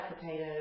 potatoes